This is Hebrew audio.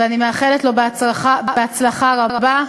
ואני מאחלת לו הצלחה רבה.